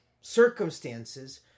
circumstances